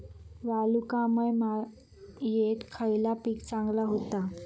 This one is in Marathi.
वालुकामय मातयेत खयला पीक चांगला होता?